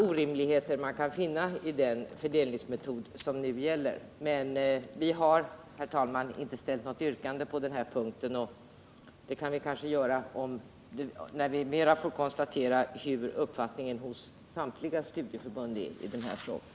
0. m. orimligheter, som man kan finna i den fördelningsmetod som nu gäller. Vi har, herr talman, inte ställt något yrkande på den punkten, men det kan vi kanske göra senare, när vi mera ingående fått konstaterat uppfattningen i den här frågan hos samtliga studieförbund.